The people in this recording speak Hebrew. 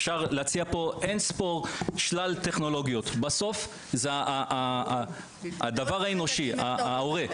אפשר להציע פה שלל טכנולוגיות אבל אין כמו הגורם האנושי.